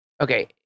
okay